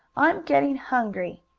i'm getting hungry.